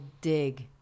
dig